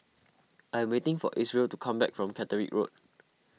I am waiting for Isreal to come back from Catterick Road